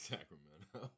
Sacramento